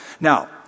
Now